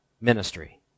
ministry